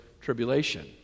tribulation